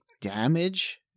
damage